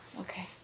Okay